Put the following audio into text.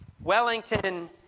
Wellington